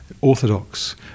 orthodox